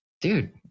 Dude